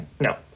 no